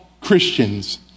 Christians